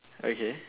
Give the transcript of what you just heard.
okay